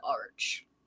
arch